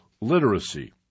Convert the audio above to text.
literacy